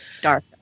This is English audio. Dark